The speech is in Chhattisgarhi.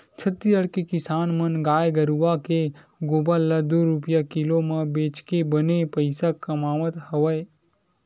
छत्तीसगढ़ के किसान मन गाय गरूवय के गोबर ल दू रूपिया किलो म बेचके बने पइसा कमावत हवय